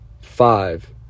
five